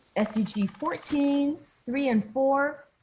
sdg fourteen, three and four,